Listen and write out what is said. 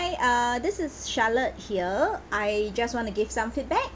uh this is charlotte here I just want to give some feedback